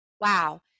wow